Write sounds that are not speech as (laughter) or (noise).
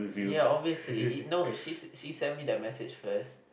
ya obviously no she (noise) she send me the message first